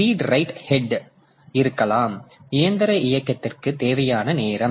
read write head இருக்கலாம் இயந்திர இயக்கத்திற்குத் தேவையான நேரம்